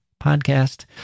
podcast